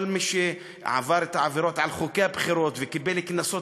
כל מי שעבר את העבירות על חוקי הבחירות וקיבל קנסות